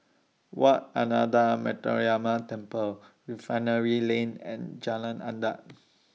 Wat Ananda Metyarama Temple Refinery Lane and Jalan Adat